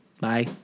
Bye